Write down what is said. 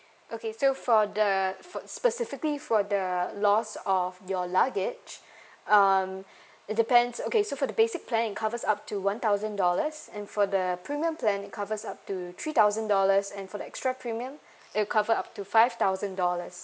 okay so for the for specifically for the loss of your luggage um it depends okay so for the basic plan it covers up to one thousand dollars and for the premium plan it covers up to three thousand dollars and for the extra premium it cover up to five thousand dollars